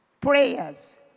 prayers